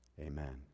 Amen